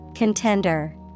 Contender